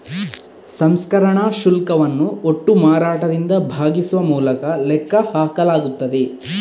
ಸಂಸ್ಕರಣಾ ಶುಲ್ಕವನ್ನು ಒಟ್ಟು ಮಾರಾಟದಿಂದ ಭಾಗಿಸುವ ಮೂಲಕ ಲೆಕ್ಕ ಹಾಕಲಾಗುತ್ತದೆ